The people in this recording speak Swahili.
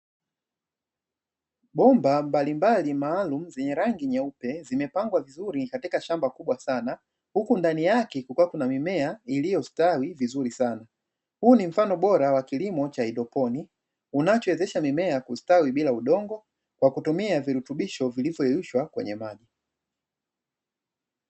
Bomba mbalimbali maalum zenye rangi nyeupe zimepangwa vizuri katika shamba kubwa sana huku ndani yake kukiwa kuna mimea iliyostawi vizuri sana. Huu ni mfano bora wa kilimo cha haidroponi unachowezesha mimea kustawi bila udongo kwa kutumia virutubisho vilivyoyeyushwa kwenye maji.